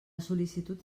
sol·licitud